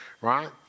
right